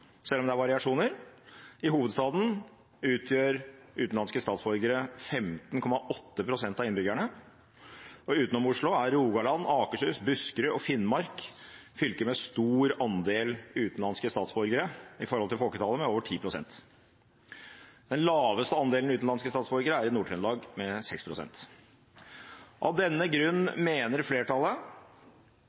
selv om det er variasjoner. I hovedstaden utgjør utenlandske statsborgere 15,8 pst. av innbyggerne, og utenom Oslo er Rogaland, Akershus, Buskerud og Finnmark fylker med stor andel utenlandske statsborgere i forhold til folketallet, med over 10 pst. Den laveste andelen utenlandske statsborgere er i Nord-Trøndelag, med 6 pst. Av denne grunn mener flertallet